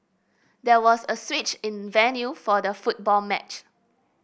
there was a switch in venue for the football match